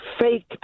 fake